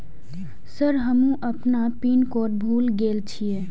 Sir हमू अपना PIN code भूल गेल जीये?